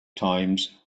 times